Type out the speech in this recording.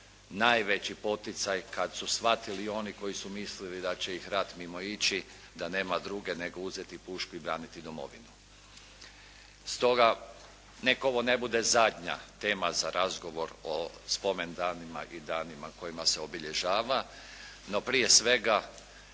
najveći poticaj kad su shvatili oni koji su mislili da će ih rat mimoići, da nema druge nego uzeti pušku i braniti domovinu. Stoga, neka ovo ne bude zadnja tema za razgovor o spomendanima i danima kojima se obilježava. No, prije svega